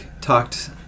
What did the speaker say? talked